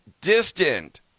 Distant